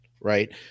right